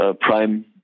prime